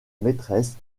maîtresse